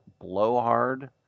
blowhard